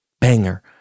banger